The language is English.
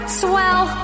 swell